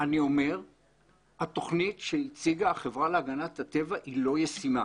אני אומר שהתוכנית שהציגה החברה להגנת הטבע היא לא ישימה.